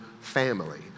family